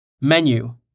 menu